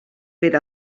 per